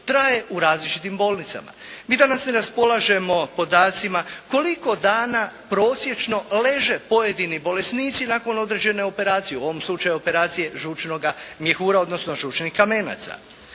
traje u različitim bolnicama. Mi danas ne raspolažemo podacima koliko dana prosječno leže pojedini bolesnici nakon određene operacije, u ovom slučaju operacije žučnoga mjehura, odnosno žučnih kamenaca.